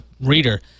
reader